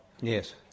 Yes